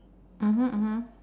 mmhmm mmhmm